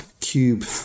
cube